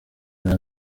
neza